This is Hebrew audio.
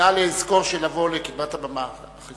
נא לזכור שיש לבוא לקדמת הבמה.